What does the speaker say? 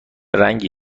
رنگی